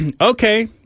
okay